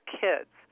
kids